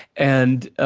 and,